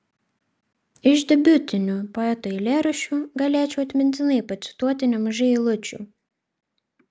iš debiutinių poeto eilėraščių galėčiau atmintinai pacituoti nemažai eilučių